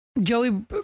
joey